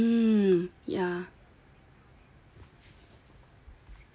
mm yeah